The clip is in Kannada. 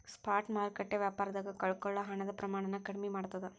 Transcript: ಸ್ಪಾಟ್ ಮಾರುಕಟ್ಟೆ ವ್ಯಾಪಾರದಾಗ ಕಳಕೊಳ್ಳೊ ಹಣದ ಪ್ರಮಾಣನ ಕಡ್ಮಿ ಮಾಡ್ತದ